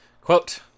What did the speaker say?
quote